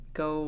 go